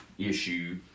issue